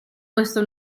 questo